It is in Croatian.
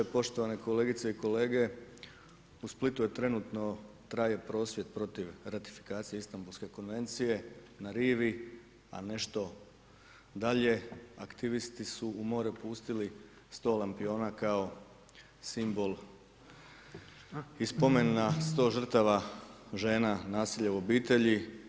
Poštovane kolegice i kolege, u Splitu trenutno traje prosvjed protiv ratifikacije Istanbulske konvencije na rivi a nešto dalje aktivisti su u more pustili 100 lampiona kao simbol i spomen na 100 žrtava žena nasilja u obitelji.